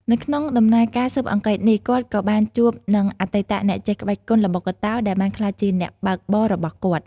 នៅក្នុងដំណើរការស៊ើបអង្កេតនេះ គាត់ក៏បានជួបនឹងអតីតអ្នកចេះក្បាច់គុណល្បុក្កតោដែលបានក្លាយជាអ្នកបើកបររបស់គាត់។